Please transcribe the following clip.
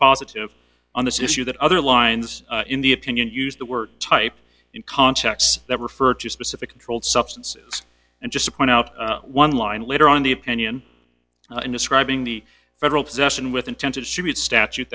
positive on this issue that other lines in the opinion use the word type in contexts that refer to specific controlled substances and just to point out one line later on the opinion in describing the federal possession with intent to distribute statute